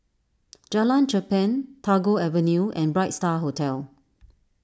Jalan Cherpen Tagore Avenue and Bright Star Hotel